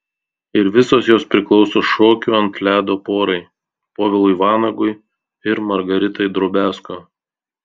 ir visos jos priklauso šokių ant ledo porai povilui vanagui ir margaritai drobiazko